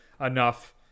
enough